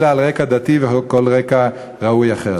אלא על רקע דתי וכל רקע ראוי אחר.